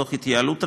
תוך התייעלות רבה,